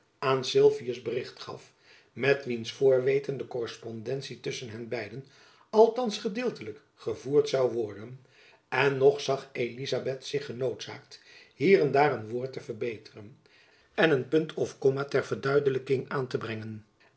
aan sylvius bericht gaf met wiens voorweten de korrespondentie tusschen hen beiden althands gedeeltelijk gevoerd zoû worden en nog zag elizabeth zich genoodzaakt hier en daar een woord te verbeteren en een punt of komma ter verduidelijking aan te brengen